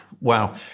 Wow